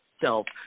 self